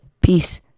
Peace